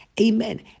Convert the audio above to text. Amen